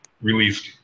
released